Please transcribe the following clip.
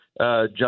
John